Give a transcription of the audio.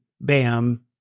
BAM